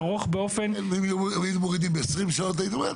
שתסבול מההשלכות של הפעלת תחנת כוח,